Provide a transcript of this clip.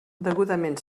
degudament